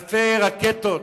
אלפי רקטות,